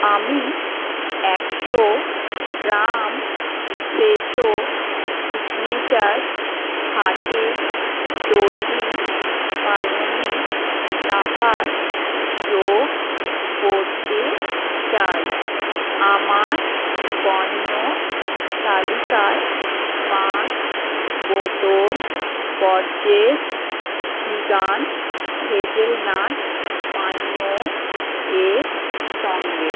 আমি একশো গ্রাম ফ্রেশো সিগনেচার হাতে তৈরি পালংয়ের লাভাশ যোগ করতে চাই আমার পণ্য তালিকায় পাঁচ বোতল বর্জেস ভেগান হেজেলনাট পানীয় এর সঙ্গে